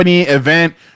event